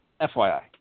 FYI